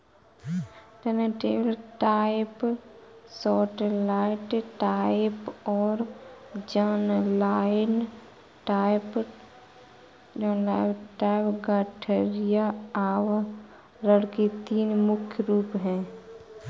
turntable type, satellite type और inline type गठरी आवरण के तीन मुख्य रूप है